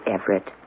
Everett